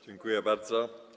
Dziękuję bardzo.